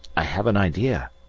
i have an idea!